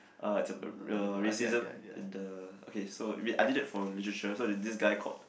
uh it's a a racism in the okay so I did it for literature so there's this guy called